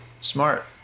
smart